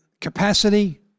capacity